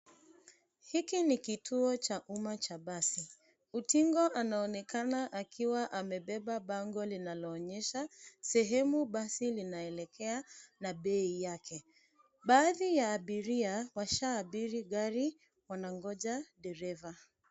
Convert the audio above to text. Hiki ni kituo cha umma cha basi. Utingo anaonekana akiwa amebeba bango linaloonyesha sehemu basi zinaelekea na bei yake. Baadhi ya abiria washaabiri gari wanangoja dereva.